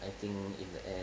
I think in the end